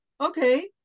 okay